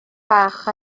fach